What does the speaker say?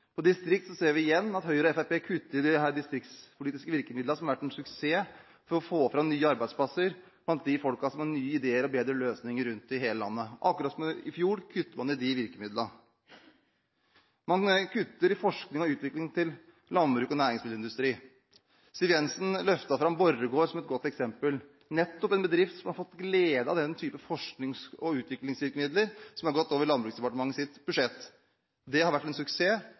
ser vi igjen at Høyre og Fremskrittspartiet kutter i de distriktspolitiske virkemidlene som har vært en suksess for å få fram nye arbeidsplasser blant dem som har nye ideer og bedre løsninger rundt i hele landet. Akkurat som i fjor kutter man i de virkemidlene. Man kutter i forskning og utvikling til landbruk og næringsmiddelindustri. Siv Jensen løftet fram Borregaard som et godt eksempel, nettopp en bedrift som har fått glede av den typen forsknings- og utviklingsvirkemidler som har gått over Landbruksdepartementets budsjett. Det har vært en suksess.